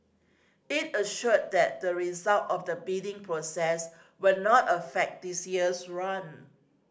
it assured that the result of the bidding process will not affect this year's run